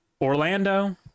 Orlando